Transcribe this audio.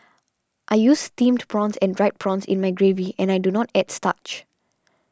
I use Steamed Prawns and Dried Prawns in my gravy and I do not add starch